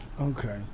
Okay